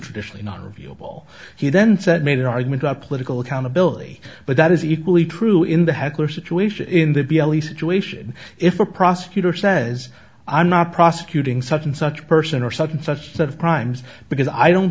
traditionally non reviewable he then said made an argument about political accountability but that is equally true in the heckler situation in the b l e situation if a prosecutor says i'm not prosecuting such and such person or such and such sort of crimes because i don't